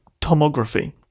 tomography